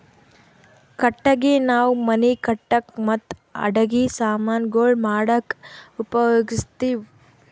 ಕಟ್ಟಗಿ ನಾವ್ ಮನಿ ಕಟ್ಟಕ್ ಮತ್ತ್ ಅಡಗಿ ಸಮಾನ್ ಗೊಳ್ ಮಾಡಕ್ಕ ಉಪಯೋಗಸ್ತಿವ್